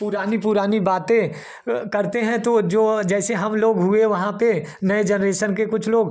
पुरानी पुरानी बातें करते हैं तो जो जैसे हम लोग हुए वहाँ पर नए जनरेशन के कुछ लोग